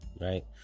right